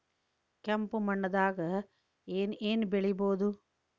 ಕೆಂಪು ಮಣ್ಣದಾಗ ಏನ್ ಏನ್ ಬೆಳಿಬೊದು?